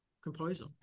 composer